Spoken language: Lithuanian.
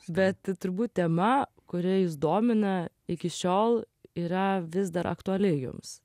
bet turbūt tema kuri jus domina iki šiol yra vis dar aktuali jums